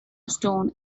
stone